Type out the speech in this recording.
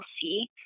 see